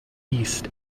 east